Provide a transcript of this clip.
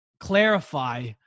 Clarify